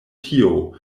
tio